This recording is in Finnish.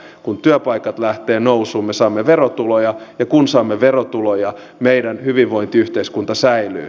kun työpaikat lähtevät nousuun me saamme verotuloja ja kun saamme verotuloja meidän hyvinvointiyhteiskunta säilyy